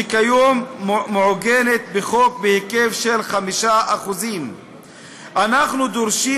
שכיום מעוגן בחוק בהיקף של 5%. אנחנו דורשים